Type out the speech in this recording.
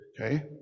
okay